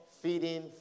Feeding